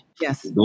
Yes